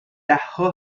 دهها